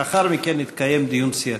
לאחר מכן יתקיים דיון סיעתי.